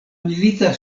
milita